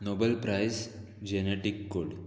nobel prize genetic code